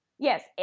Yes